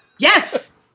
Yes